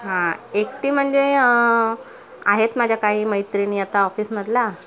हां एकटी म्हणजे आहेत माझ्या काही मैत्रिणी आता ऑफिसमधला